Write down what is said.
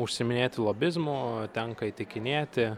užsiiminėti lobizmu tenka įtikinėti